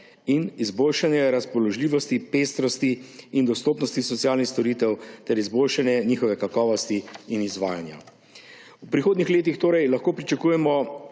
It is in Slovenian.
in izboljšanje razpoložljivosti, pestrosti in dostopnosti socialnih storitev ter izboljšanje njihove kakovosti in izvajanja. V prihodnjih letih torej lahko pričakujemo